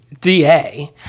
DA